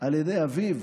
על ידי אביו,